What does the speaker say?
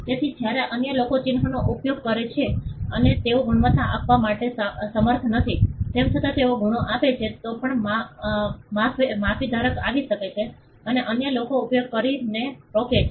તેથી જ્યારે અન્ય લોકો ચિન્હનો ઉપયોગ કરે છે અને તેઓ ગુણવત્તા આપવા માટે સમર્થ નથી તેમ છતાં તેઓ ગુણો આપે છે તો પણ માર્ક ધારક આવી શકે છે અને અન્યને તેનો ઉપયોગ કરવાથી રોકે છે